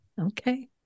Okay